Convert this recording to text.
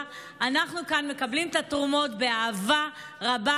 אנחנו כאן מקבלים את התרומות באהבה רבה.